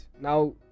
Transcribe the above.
now